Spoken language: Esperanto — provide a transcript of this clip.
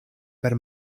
per